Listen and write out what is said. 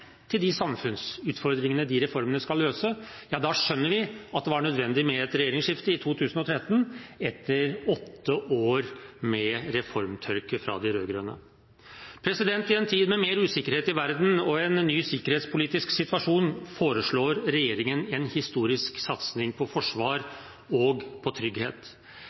til de samfunnsutfordringene de reformene skal løse, ja da skjønner vi at det var nødvendig med et regjeringsskifte i 2013, etter åtte år med reformtørke fra de rød-grønne. I en tid med mer usikkerhet i verden og en ny sikkerhetspolitisk situasjon foreslår regjeringen en historisk satsing på forsvar og på trygghet.